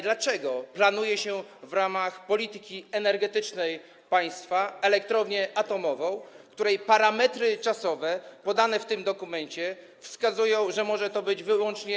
Dlaczego planuje się w ramach polityki energetycznej państwa elektrownię atomową, której parametry czasowe, podane w tym dokumencie, wskazują, że może to być wyłącznie.